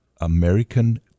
American